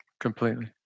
Completely